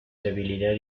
debilidad